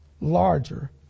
larger